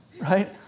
right